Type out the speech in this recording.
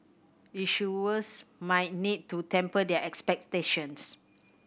issuers might need to temper their expectations